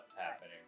happening